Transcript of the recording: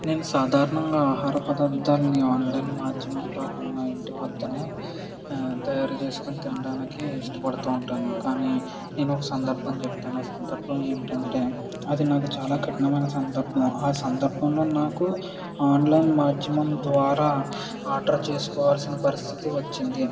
నేను సాధారణంగా ఆహార పదార్థాలని ఆన్లైన్ మాధ్యమంలో కన్నా ఇంటి వద్దనే తయారు చేసుకొని తినడానికి ఇష్టపడుతు ఉంటాను కానీ నేను ఒక సందర్భం చెప్తాను ఆ సందర్భం ఏంటంటే అది నాకు చాలా కఠినమైన సందర్భం ఆ సందర్భంలో నాకు ఆన్లైన్ మాధ్యమం ద్వారా ఆర్డర్ చేసుకోవాల్సిన పరిస్థితి వచ్చింది